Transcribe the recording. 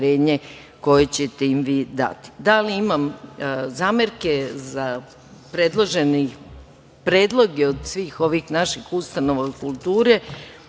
koje ćete im vi dati. Da li imam zamerke za predložene predloge od svih ovih naših ustanova kulture?